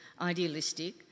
idealistic